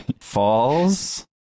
falls